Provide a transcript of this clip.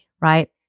right